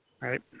right